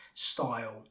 style